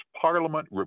Parliament